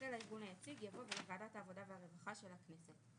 אחרי "לארגון היציג" יבוא "ולוועדת העבודה והרווחה של הכנסת".